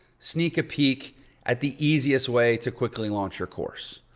sneak a peek at the easiest way to quickly launch your course.